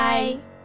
Bye